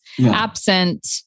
absent